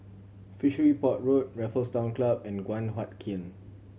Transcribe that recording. Fishery Port Road Raffles Town Club and Guan Huat Kiln